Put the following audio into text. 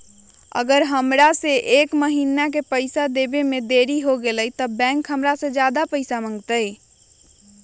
अगर हमरा से एक महीना के पैसा देवे में देरी होगलइ तब बैंक हमरा से ज्यादा पैसा मंगतइ?